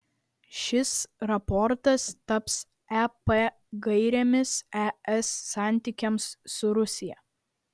šis raportas taps ep gairėmis es santykiams su rusija